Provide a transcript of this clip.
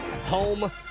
Home